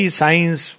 science